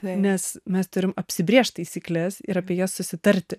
nes mes turim apsibrėžt taisykles ir apie jas susitarti